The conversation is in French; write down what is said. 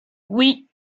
oui